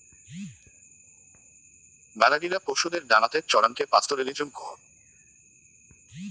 মেলাগিলা পশুদের ডাঙাতে চরানকে পাস্তোরেলিজম কুহ